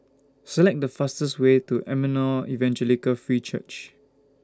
Select The fastest Way to Emmanuel Evangelical Free Church